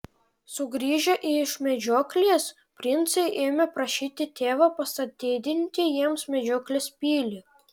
sugrįžę iš medžioklės princai ėmė prašyti tėvą pastatydinti jiems medžioklės pilį